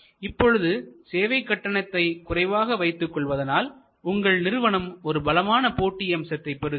இப்பொழுது சேவை கட்டணத்தை குறைவாக வைத்துக் கொள்வதனால் உங்கள் நிறுவனம் ஒரு பலமான போட்டி அம்சத்தை பெறுகிறது